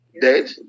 dead